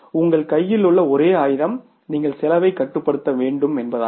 உங்கள் கையில் உள்ள ஒரே ஆயுதம் நீங்கள் செலவைக் கட்டுப்படுத்த வேண்டும் என்பதாகும்